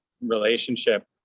relationship